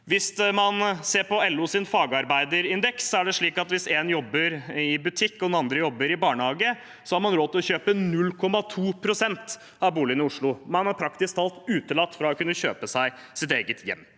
Hvis man ser på LOs fagarbeiderindeks, er det slik at hvis én jobber i butikk, og den andre jobber i barnehage, har man råd til å kjøpe 0,2 pst. av boligene i Oslo. Man er praktisk talt utelatt fra å kunne kjøpe seg et eget hjem.